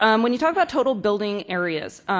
um when you talk about total building areas,